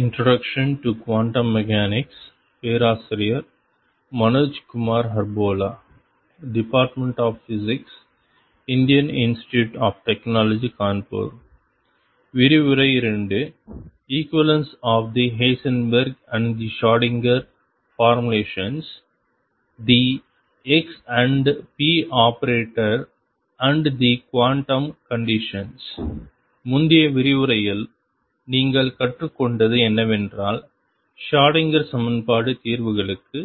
equivalence of the Heisenberg and the Schrodinger formulations the x and p operator and the quantum conditions முந்தைய விரிவுரையில் நீங்கள் கற்றுக்கொண்டது என்னவென்றால் Schrodinger சமன்பாடு தீர்வுகளுக்கு